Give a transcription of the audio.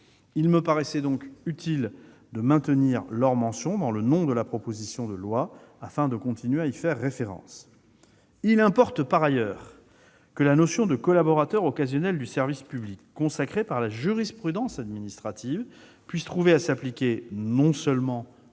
Il me paraissait donc utile de maintenir leur mention dans le nom de la proposition de loi afin de continuer à y faire référence. Il importe par ailleurs que la notion de collaborateur occasionnel du service public, consacrée par la jurisprudence administrative, puisse trouver à s'appliquer non seulement au